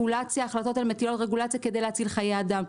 ההחלטות הללו מטילות רגולציה כדי להציל חיי אדם.